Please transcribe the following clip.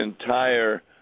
entire